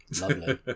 lovely